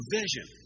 vision